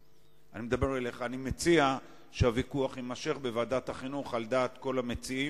אז אני רוצה לומר לכם, על כל דבר, על כל נושא,